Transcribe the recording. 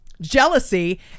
jealousy